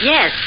Yes